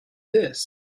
this